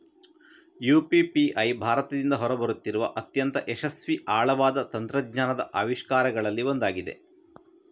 UPI ಭಾರತದಿಂದ ಹೊರ ಬರುತ್ತಿರುವ ಅತ್ಯಂತ ಯಶಸ್ವಿ ಆಳವಾದ ತಂತ್ರಜ್ಞಾನದ ಆವಿಷ್ಕಾರಗಳಲ್ಲಿ ಒಂದಾಗಿದೆ